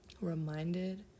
reminded